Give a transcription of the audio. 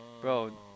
bro